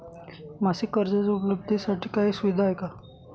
मासिक कर्जाच्या उपलब्धतेसाठी काही सुविधा आहे का?